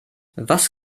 was